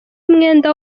mwenda